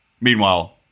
Meanwhile